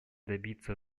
добиться